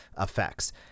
effects